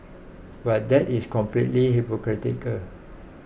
but that is completely hypocritical